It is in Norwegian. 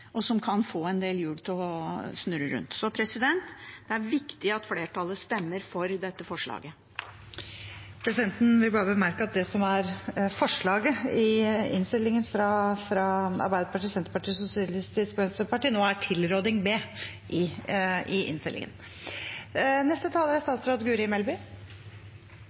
og som kan få en del hjul til å snurre rundt. Det er viktig at flertallet stemmer for dette forslaget. Presidenten vil bare bemerke at forslaget i innstillingen fra Arbeiderpartiet, Senterpartiet og Sosialistisk Venstreparti nå er tilråding til B i innstillingen. Asylsøkere og nyankomne innvandrere deltar i